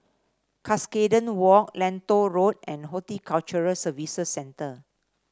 Cuscaden Walk Lentor Road and Horticulture Services Centre